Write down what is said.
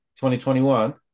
2021